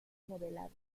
modelado